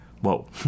whoa